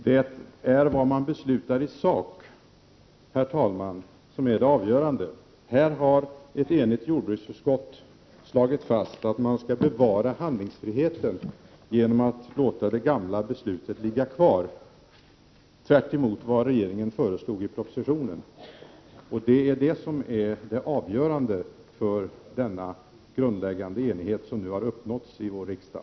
Herr talman! Det är vad man beslutar i sak som är det avgörande. Här har ett enigt jordbruksutskott — tvärtemot vad regeringen föreslog i propositionen -— slagit fast att man skall bevara handlingsfriheten genom att låta det gamla beslutet ligga kvar. Det är detta som ligger till grund för den enighet som nu har uppnåtts i denna riksdag.